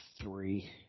three